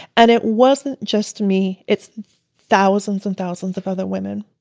and it wasn't just me. it's thousands and thousands of other women